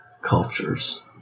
cultures